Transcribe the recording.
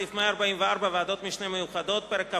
סעיף 144 (ועדות משנה מיוחדות); פרק כ"ו,